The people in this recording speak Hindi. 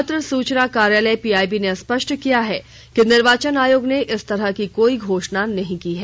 पत्र सूचना कार्यालय पीआईबी ने स्पष्ट किया है कि निर्वाचन आयोग ने इस तरह की कोई घोषणा नहीं की है